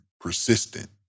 persistent